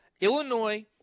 illinois